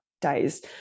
days